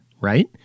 Right